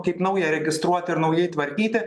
kaip naują registruoti ir naujai tvarkyti